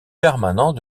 permanent